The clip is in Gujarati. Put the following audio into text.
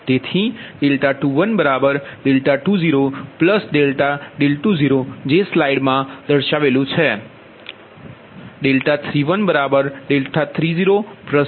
તેથી 2120 ∆20જે સ્લાઇડમા 0 3